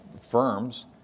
Firms